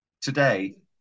Today